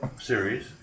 series